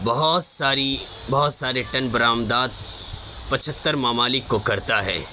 بہت ساری بہت سارے ٹن برآمدات پچھتر ممالک کو کرتا ہے